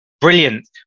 Brilliant